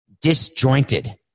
disjointed